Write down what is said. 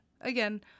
again